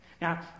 Now